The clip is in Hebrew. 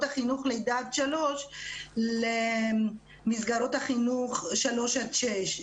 החינוך לידה עד שלוש למסגרות החינוך שלוש עד שש.